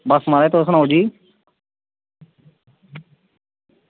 बस म्हाराज तुस दिक्खो जी